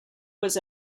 was